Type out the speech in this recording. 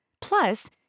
Plus